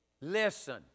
listen